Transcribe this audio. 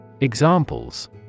Examples